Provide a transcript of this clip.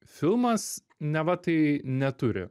filmas neva tai neturi